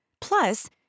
Plus